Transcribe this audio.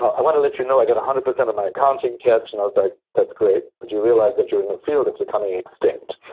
i wanna let you know i got a one hundred percent on my accounting test, and i was like, that's great. but do you realize that you're in a field that's becoming extinct?